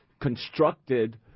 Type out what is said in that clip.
constructed